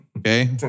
Okay